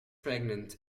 pregnant